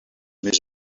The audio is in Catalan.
més